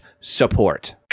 support